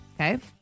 Okay